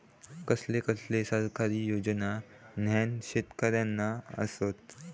कसले कसले सरकारी योजना न्हान शेतकऱ्यांना आसत?